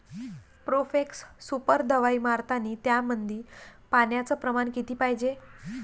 Profex Super दवाई मारतानी त्यामंदी पान्याचं प्रमाण किती पायजे?